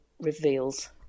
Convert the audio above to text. reveals